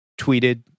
tweeted